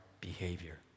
behavior